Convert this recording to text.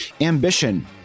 Ambition